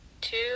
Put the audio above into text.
Two